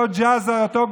אותו ג'זר, אותו גוזר,